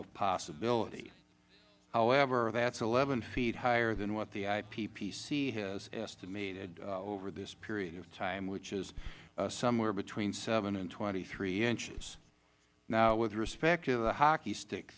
of possibility however that is eleven feet higher than what the ipcc has estimated over this period of time which is somewhere between seven and twenty three inches now with respect to the hockey stick